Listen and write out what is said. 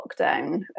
lockdown